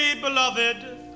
beloved